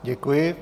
Děkuji.